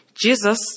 Jesus